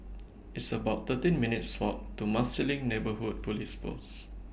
It's about thirteen minutes' Walk to Marsiling Neighbourhood Police Post